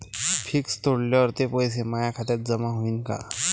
Fix तोडल्यावर ते पैसे माया खात्यात जमा होईनं का?